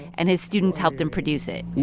and his students helped him produce it